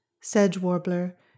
sedge-warbler